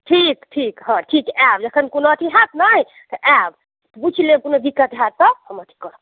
ठीक ठीक हँ ठीक आयब जखन कोनो अथी होयत ने तऽ आयब पूछि लेब कोनो दिक्कत होयत तऽ हम अथी करब